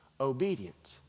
obedient